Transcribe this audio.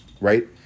right